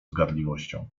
zgadliwością